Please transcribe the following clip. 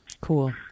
Cool